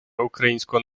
українського